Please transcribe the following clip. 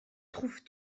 trouves